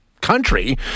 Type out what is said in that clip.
country